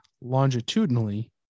longitudinally